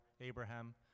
Abraham